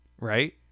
right